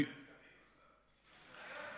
זה כולל תקנים?